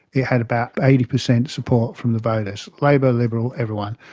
it had about eighty percent support from the voters, labor, liberal, everyone.